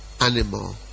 animal